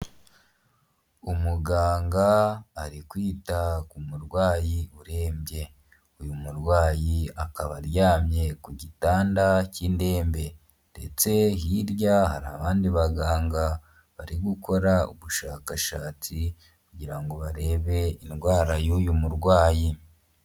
umuganga ari kwita ku murwayi urembye, uyu murwayi akaba aryamye ku gitanda cy'indembe ndetse hirya hari abandi baganga bari gukora ubushakashatsi kugira ngo barebe indwara y'uyu murwayi.